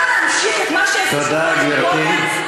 תודה, גברתי.